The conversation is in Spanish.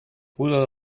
pudo